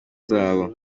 zabo